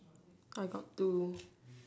I got two